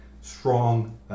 strong